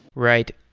right.